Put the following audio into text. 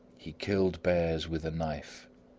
he killed bears with a knife,